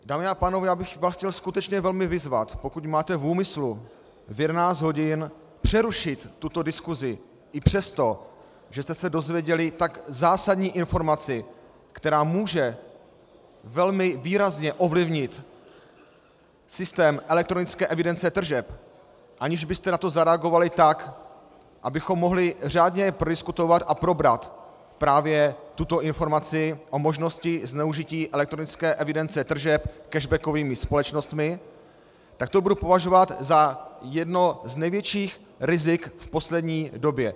Dámy a pánové, já bych vás chtěl skutečně velmi vyzvat, pokud máte v úmyslu v 11 hodin přerušit tuto diskusi i přesto, že jste se dozvěděli tak zásadní informaci, která může velmi výrazně ovlivnit systém elektronické evidence tržeb, aniž byste na to zareagovali tak, abychom mohli řádně prodiskutovat a probrat právě tuto informaci o možnosti zneužití elektronické evidence tržeb cashbackovými společnostmi, tak to budu považovat za jedno z největších rizik v poslední době.